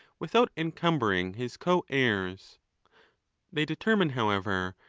without encumbering his co-heirs. they determine, however,